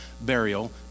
burial